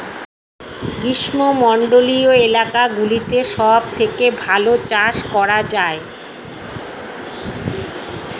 গ্রীষ্মমণ্ডলীয় এলাকাগুলোতে সবথেকে ভালো চাষ করা যায়